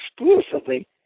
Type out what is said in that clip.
exclusively